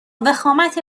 وخامت